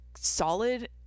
solid